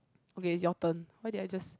okay is your turn why did I just